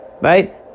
Right